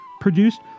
produced